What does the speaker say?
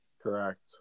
Correct